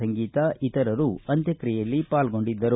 ಸಂಗೀತ ಇತರರು ಅಂತ್ಯಕ್ತಿಯೆಯಲ್ಲಿ ಪಾಲ್ಗೊಂಡಿದ್ದರು